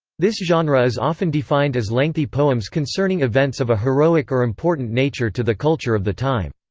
this genre is often defined as lengthy poems concerning events of a heroic or important nature to the culture of the time.